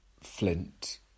flint